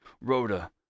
Rhoda